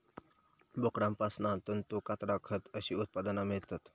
बोकडांपासना तंतू, कातडा, खत अशी उत्पादना मेळतत